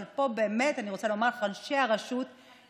אבל פה באמת אני רוצה לומר שאנשי הרשות יושבים